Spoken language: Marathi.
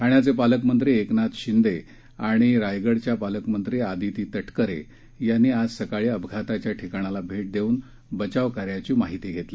ठाण्याचे पालकमंत्री एकनाथ शिंदे आणि रायगडच्या पालकमंत्री आदिती तटकरे यांनी आज सकाळी अपघाताच्या ठिकाणाला भेट देऊन बचाव कार्याची माहिती घेतली